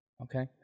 Okay